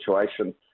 situation